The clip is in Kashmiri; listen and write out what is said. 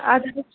اَدٕ حظ